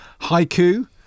Haiku